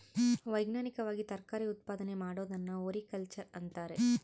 ವೈಜ್ಞಾನಿಕವಾಗಿ ತರಕಾರಿ ಉತ್ಪಾದನೆ ಮಾಡೋದನ್ನ ಒಲೆರಿಕಲ್ಚರ್ ಅಂತಾರ